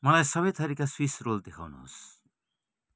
मलाई सबै थरीका स्विस रोल देखाउनुहोस्